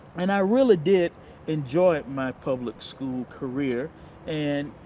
and i really did enjoy my public school career and,